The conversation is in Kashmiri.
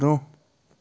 برٛونٛہہ